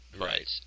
Right